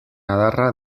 adarra